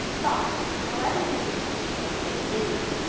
but, however you decide to record meaning,